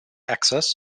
access